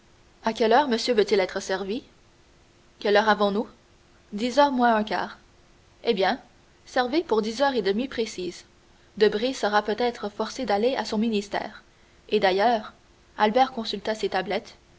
à quelle heure monsieur veut-il être servi quelle heure avons-nous dix heures moins un quart eh bien servez pour dix heures et demie précises debray sera peut-être forcé d'aller à son ministère et d'ailleurs albert consulta ses tablettes